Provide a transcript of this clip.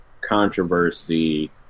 controversy